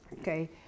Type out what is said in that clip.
Okay